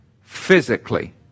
physically